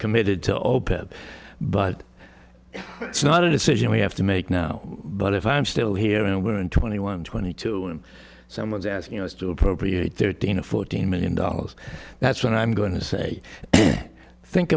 committed to open but that's not a decision we have to make now but if i'm still here and we're in twenty one twenty two and someone's asking us to appropriate thirteen or fourteen million dollars that's what i'm going to say think